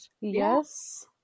yes